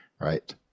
right